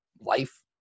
life